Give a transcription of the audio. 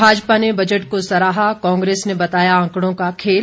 भाजपा ने बजट को सराहा कांग्रेस ने बताया आंकड़ों का खेल